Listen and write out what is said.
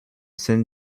sin